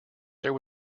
there